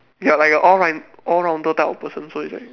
ya like a all like all rounder type of person so it's like